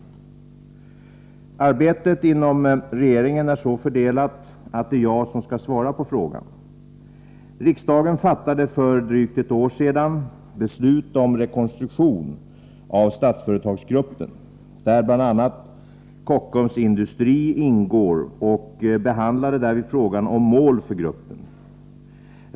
Arbetet inom regeringen är så fördelat att det är jag som skall svara på frågan. Riksdagen fattade för drygt ett år sedan beslut om rekonstruktion av Statsföretagsgruppen, där bl.a. Kockums Industri ingår, och behandlade därvid frågan om mål för gruppen.